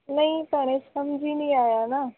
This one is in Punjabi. ਨਹੀਂ ਪਰ ਸਮਝ ਹੀ ਨਹੀਂ ਆਇਆ ਨਾ